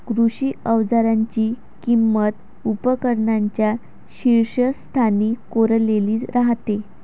कृषी अवजारांची किंमत उपकरणांच्या शीर्षस्थानी कोरलेली राहते